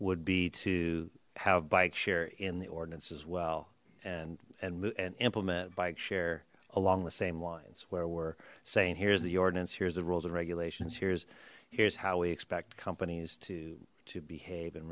would be to have bike share in the ordinance as well and and and implement bike share along the same lines where we're saying here's the ordinance here's the rules and regulations here's here's how we expect companies to to behave and